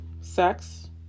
sex